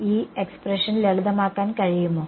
ഈ എക്സ്പ്രെഷൻ ലളിതമാക്കാൻ കഴിയുമോ